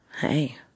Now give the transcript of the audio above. hey